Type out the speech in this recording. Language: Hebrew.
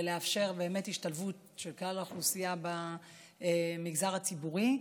לאפשר באמת השתלבות של כלל האוכלוסייה במגזר הציבורי.